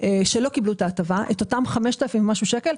שלא קיבלו את ההטבה, את אותם 5,300 שקלים.